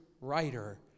writer